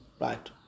right